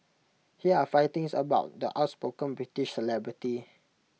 here are five things about the outspoken British celebrity